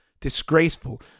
disgraceful